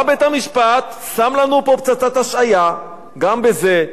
בא בית-המשפט, שם לנו פה פצצת השהיה, גם בזה,